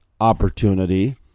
opportunity